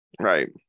Right